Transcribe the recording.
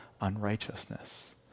unrighteousness